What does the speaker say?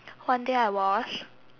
one day I wash